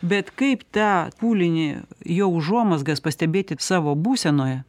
bet kaip tą pūlinį jo užuomazgas pastebėti savo būsenoj